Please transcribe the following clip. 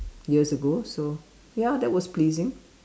years ago so ya that was pleasing